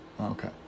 Okay